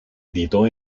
editó